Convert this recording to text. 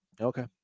Okay